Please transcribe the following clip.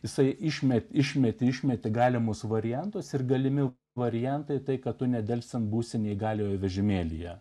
jisai išmetė išmetė išmetė galimus variantus ir galimi variantai tai kad tu nedelsiant būsi neįgaliojo vežimėlyje